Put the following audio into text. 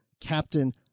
captain